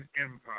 Empire